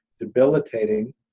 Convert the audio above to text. debilitating